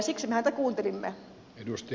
siksi me häntä kuuntelimme